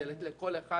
שנתת לכל אחד